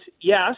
yes